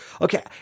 Okay